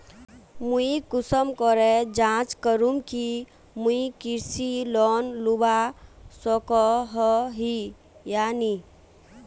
मुई कुंसम करे जाँच करूम की मुई कृषि लोन लुबा सकोहो ही या नी?